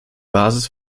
basis